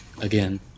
again